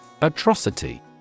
Atrocity